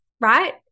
Right